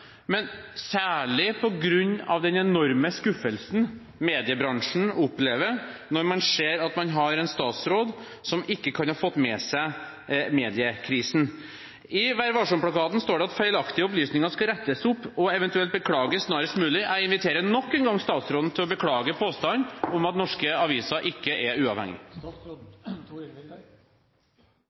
men særlig på grunn av den enorme skuffelsen mediebransjen opplever når man ser at man har en statsråd som ikke kan ha fått med seg mediekrisen. I Vær Varsom-plakaten står det: «Feilaktige opplysninger skal rettes og eventuelt beklages snarest mulig.» Jeg inviterer nok en gang statsråden til å beklage påstanden om at norske aviser ikke er